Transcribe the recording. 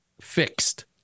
fixed